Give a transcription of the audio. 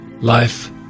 Life